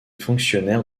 fonctionnaires